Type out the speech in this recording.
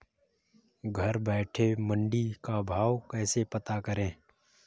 घर बैठे मंडी का भाव कैसे पता करें?